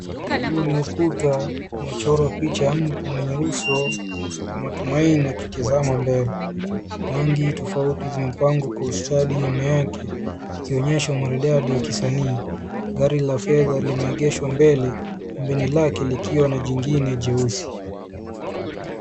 Huu ni ukuta umechorwa picha ya mtu mwenye uso wa matumaini akitazama mbele. Rangi tofauti zimepangwa kwa ustadi nyuma yake ikionyesha umaridadi wa kisanii. Gari la fedha limeegeshwa mbele pembeni lake likiwa na jingine jeusi.